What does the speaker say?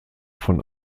von